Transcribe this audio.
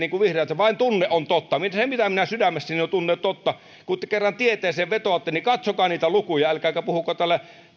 esiin ja vain tunne on totta se mitä minä sydämessäni tunnen on totta kun te kerran tieteeseen vetoatte niin katsokaa niitä lukuja älkääkä puhuko täällä